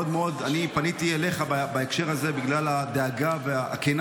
פניתי אליך בהקשר הזה בגלל הדאגה הכנה